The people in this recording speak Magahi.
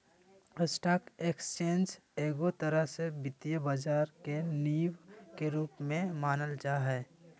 स्टाक एक्स्चेंज एगो तरह से वित्तीय बाजार के नींव के रूप मे मानल जा हय